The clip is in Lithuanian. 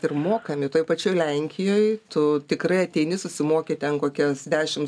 ir mokami toj pačioj lenkijoj tu tikrai ateini susimoki ten kokias dešimt